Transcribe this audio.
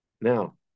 Now